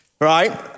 right